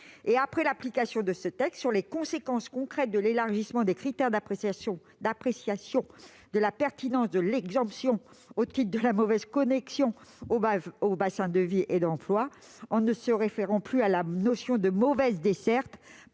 après l'application de ce texte, sur les conséquences concrètes de l'élargissement des critères d'appréciation de la pertinence de l'exemption au titre de la mauvaise connexion au bassin de vie et d'emploi, en ne se référant plus à la notion de mauvaise desserte